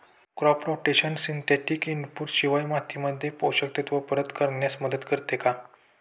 Crop rotation synthetic input शिवाय मातीमध्ये पोषक तत्त्व परत करण्यास मदत करते का?